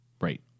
Right